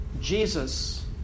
Jesus